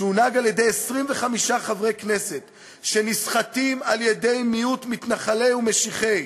שמונהג על-ידי 25 חברי כנסת שנסחטים על-ידי מיעוט מתנחלי ומשיחי,